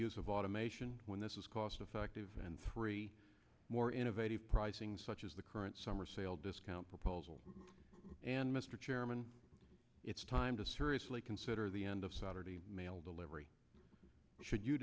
use of automation when this is cost effective and three more innovative pricing such as the current summer sale discount proposal and mr chairman it's time to seriously consider the end of saturday mail delivery should you